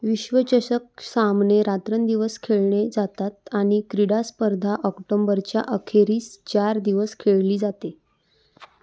विश्वचषक सामने रात्रंदिवस खेळणे जातात आणि क्रीडास्पर्धा ऑक्टोंबरच्या अखेरीस चार दिवस खेळली जाते